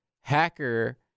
hacker